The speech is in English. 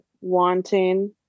wanting